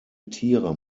tiere